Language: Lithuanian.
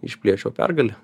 išplėšiau pergalę